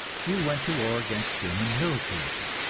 we went to war against german militarism,